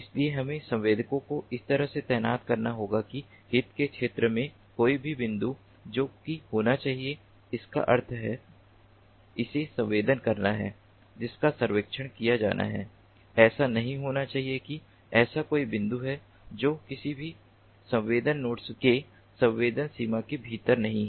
इसलिए हमें संवेदकों को इस तरह से तैनात करना होगा कि हित के क्षेत्र में कोई भी बिंदु जो कि होना चाहिए इसका अर्थ है इसे संवेदन करना है जिसका सर्वेक्षण किया जाना है ऐसा नहीं होना चाहिए कि ऐसा कोई बिंदु है जो किसी भी संवेदक नोड के संवेदन सीमा के भीतर नहीं है